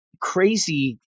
crazy